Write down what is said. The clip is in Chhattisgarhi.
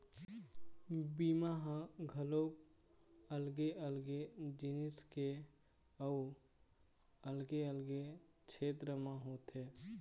बीमा ह घलोक अलगे अलगे जिनिस के अउ अलगे अलगे छेत्र म होथे